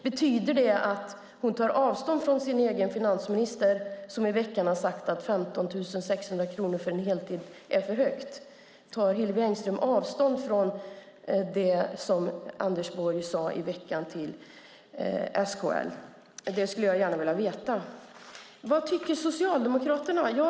Betyder det att hon tar avstånd från sin egen finansminister som i veckan sade till SKL att 15 600 kronor för en heltid är för mycket? Det skulle jag gärna vilja veta. Vad tycker Socialdemokraterna?